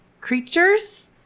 creatures